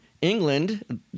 England